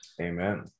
amen